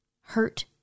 hurt